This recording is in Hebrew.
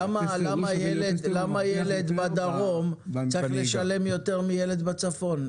למה ילד מהדרום צריך לשלם יותר מילד בצפון?